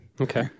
Okay